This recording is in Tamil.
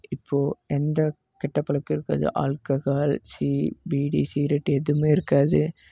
இப்போது எந்த கெட்ட பழக்கம் இருக்காது ஆல்கஹால் சீ பீடி சிகரெட் எதுவுமே இருக்காது